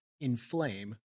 inflame